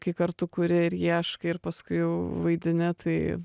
kai kartu kuri ir ieškai ir paskui jau vaidini tai